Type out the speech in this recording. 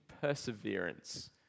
perseverance